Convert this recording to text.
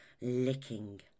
Licking